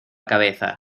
cabeza